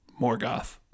Morgoth